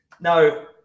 Now